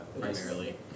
Primarily